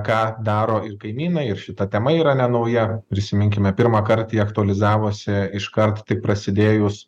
ką daro ir kaimynai ir šita tema yra nenauja prisiminkime pirmąkart ją aktualizavosi iškart tik prasidėjus